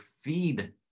feed